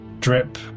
drip